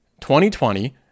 2020